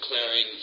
declaring